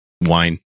wine